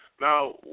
Now